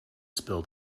spill